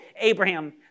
Abraham